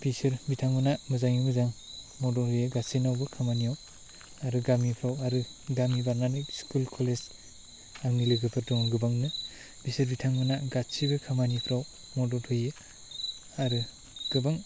बिसोर बिथांमोनहा मोजाङै मोजां मदद होयो गासिनावबो खामानियाव आरो गामिफ्राव आरो गामि बारनानै स्कुल कलेज आंनि लोगोफोर दं गोबांनो बिसोर बिथांमोनहा गासिबो खामानिफ्राव मदद होयो आरो गोबां